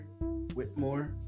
Whitmore